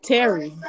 Terry